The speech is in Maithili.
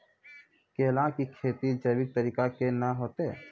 केला की खेती जैविक तरीका के ना होते?